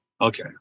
Okay